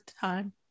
time